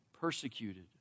persecuted